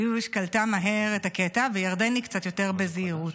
יוש קלטה מהר את הקטע, וירדני קצת יותר בזהירות.